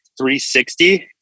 360